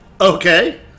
Okay